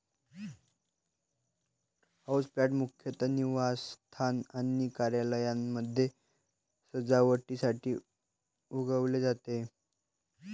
houseplant मुख्यतः निवासस्थान आणि कार्यालयांमध्ये सजावटीसाठी उगवले जाते